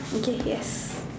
okay yes